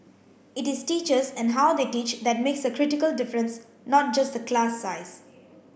it is teachers and how they teach that makes a critical difference not just the class size